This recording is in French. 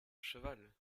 cheval